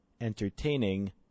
entertaining